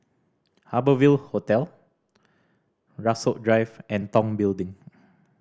Harbour Ville Hotel Rasok Drive and Tong Building